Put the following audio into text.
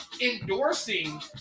endorsing